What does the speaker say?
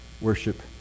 worship